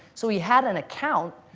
so he had an account,